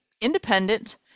independent